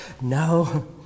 No